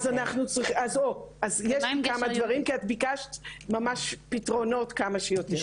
אז יש כמה דברים כי את ביקשת ממש פתרונות כמה שיותר.